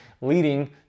leading